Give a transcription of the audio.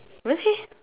really